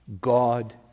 God